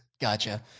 gotcha